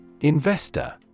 Investor